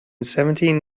seventeen